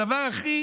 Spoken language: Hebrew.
הדבר הכי